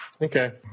okay